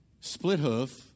split-hoof